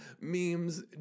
memes